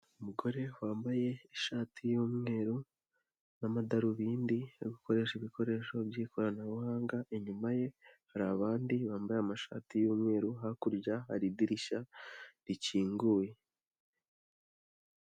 Umugore wambaye ishati y'umweru n'amadarubindi, ari gukoresha ibikoresho by'ikoranabuhanga, inyuma ye hari abandi bambaye amashati y'umweru, hakurya hari idirishya rikinguye.